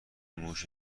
موش